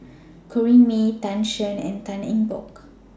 Corrinne May Tan Shen and Tan Eng Bock